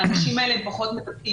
האנשים האלה הם פחות מדבקים.